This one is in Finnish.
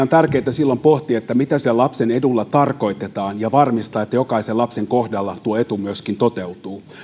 on tärkeätä silloin pohtia mitä sillä lapsen edulla tarkoitetaan ja varmistaa että jokaisen lapsen kohdalla tuo etu myöskin toteutuu